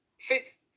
fifth